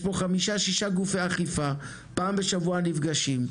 יש פה חמישה-ששה גופי אכיפה שפעם בשבוע נפגשים,